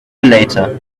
later